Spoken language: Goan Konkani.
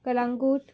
कलंगूट